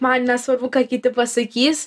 man nesvarbu ką kiti pasakys